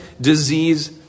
disease